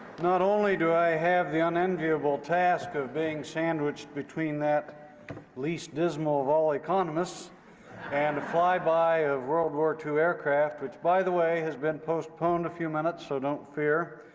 not only do i have the unenviable task of being sandwiched between that least dismal of all economists and a flyby of world war ii aircraft, which, by the way, has been postponed a few minutes, so don't fear,